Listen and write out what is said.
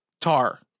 Tar